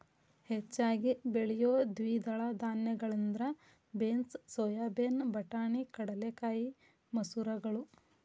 ಹೆಚ್ಚಾಗಿ ಬೆಳಿಯೋ ದ್ವಿದಳ ಧಾನ್ಯಗಳಂದ್ರ ಬೇನ್ಸ್, ಸೋಯಾಬೇನ್, ಬಟಾಣಿ, ಕಡಲೆಕಾಯಿ, ಮಸೂರಗಳು